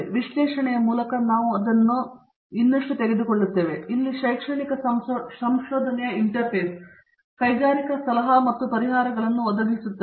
ವಿಶ್ಲೇಷಣೆಯ ಮೂಲಕ ನಾವು ಅದನ್ನು ಇನ್ನಷ್ಟು ತೆಗೆದುಕೊಳ್ಳುತ್ತೇವೆ ಮತ್ತು ಇಲ್ಲಿ ಶೈಕ್ಷಣಿಕ ಸಂಶೋಧನೆಯ ಇಂಟರ್ಫೇಸ್ ಕೈಗಾರಿಕಾ ಸಲಹಾ ಮತ್ತು ಪರಿಹಾರಗಳನ್ನು ಒದಗಿಸುತ್ತದೆ